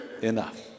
enough